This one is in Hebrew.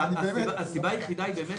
הסיבה היחידה היא תפעולית.